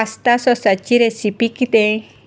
pasta सॉसाची recipe कितें